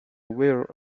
weir